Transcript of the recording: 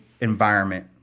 environment